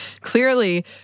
Clearly